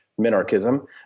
minarchism